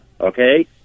okay